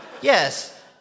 Yes